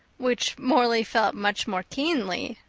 which morley felt much more keenly.